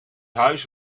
huis